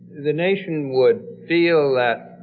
the nation would feel that